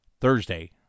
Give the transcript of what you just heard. Thursday